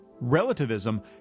Relativism